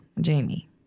Jamie